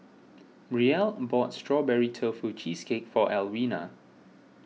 Brielle bought Strawberry Tofu Cheesecake for Alwina